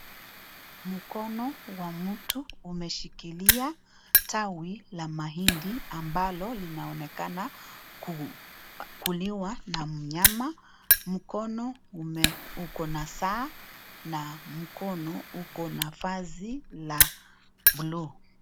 Mkono wa mtu umeshikilia tawi la mahindi ambalo linaonekana kuliwa na mnyama. Mkono uko na saa na mkono uko na vazi la buluu.